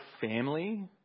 family